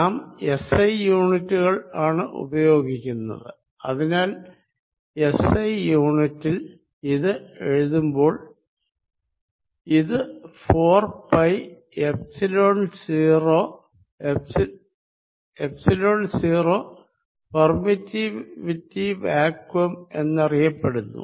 നാം SI യൂണിറ്റുകൾ ആണ് ഉപയോഗിക്കുന്നത് അതിനാൽ SI യൂണിറ്റിൽ ഇത് എഴുതുമ്പോൾ ഇത് 4പൈ എപ്സിലോൺ 0 എപ്സിലോൺ 0 പെർമിറ്റിവിറ്റി വാക്വം എന്നറിയപ്പെടുന്നു